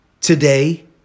today